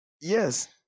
Yes